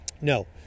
No